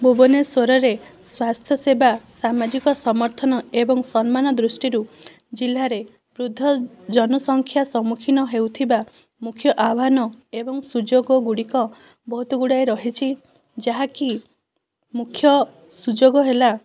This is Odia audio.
ଭୁବନେଶ୍ୱରରେ ସ୍ୱାସ୍ଥ୍ୟସେବା ସାମାଜିକ ସମର୍ଥନ ଏବଂ ସମ୍ମାନ ଦୃଷ୍ଟିରୁ ଜିଲ୍ଲାରେ ବୃଦ୍ଧ ଜନସଂଖ୍ୟା ସମ୍ମୁଖୀନ ହେଉଥିବା ମୁଖ୍ୟ ଆହ୍ଵାନ ଏବଂ ସୁଯୋଗଗୁଡ଼ିକ ବହୁତଗୁଡ଼ାଏ ରହିଛି ଯାହାକି ମୁଖ୍ୟ ସୁଯୋଗ ହେଲା